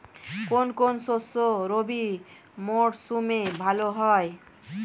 কোন কোন শস্য রবি মরশুমে ভালো হয়?